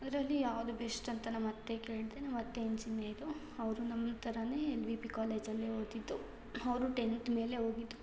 ಅದರಲ್ಲಿ ಯಾವುದು ಬೆಶ್ಟ್ ಅಂತ ನಮ್ಮ ಅತ್ತೆ ಕೇಳಿದೆ ನಮ್ಮ ಅತ್ತೆ ಇಂಜಿನಿಯರು ಅವರು ನಮ್ಮ ಥರವೇ ಎಲ್ ವಿ ಪಿ ಕಾಲೇಜಲ್ಲಿ ಓದಿದ್ದು ಅವರು ಟೆನ್ತ್ ಮೇಲೆ ಹೋಗಿದ್ದು